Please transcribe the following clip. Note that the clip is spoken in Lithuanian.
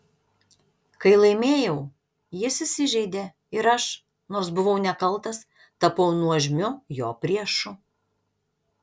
kai laimėjau jis įsižeidė ir aš nors buvau nekaltas tapau nuožmiu jo priešu